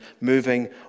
moving